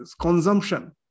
consumption